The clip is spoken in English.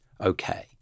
okay